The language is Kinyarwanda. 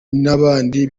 n’abandi